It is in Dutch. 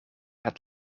het